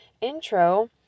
intro